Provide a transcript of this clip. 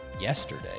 yesterday